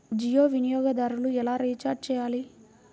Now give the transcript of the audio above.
జియో వినియోగదారులు ఎలా రీఛార్జ్ చేయాలి?